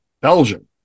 Belgium